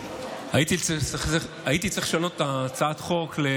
הייתי צריך לשנות את הצעת החוק לא